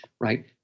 Right